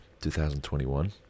2021